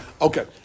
Okay